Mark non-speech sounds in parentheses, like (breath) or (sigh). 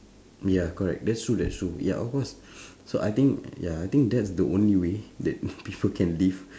ya correct that's true that's true ya of course (breath) so I think ya I think that's the only way that (laughs) people can live